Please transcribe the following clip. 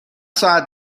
ساعت